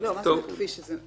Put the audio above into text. אז מה הבעיה שלכם לכתוב את זה?